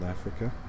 Africa